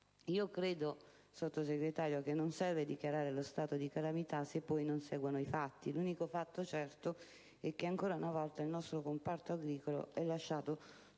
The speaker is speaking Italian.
Signor Sottosegretario, credo che non serva dichiarare lo stato di calamita se poi non seguono i fatti. L’unico fatto certo eche, ancora una volta, il nostro comparto agricolo e lasciato solo da